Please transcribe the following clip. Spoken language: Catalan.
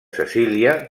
cecília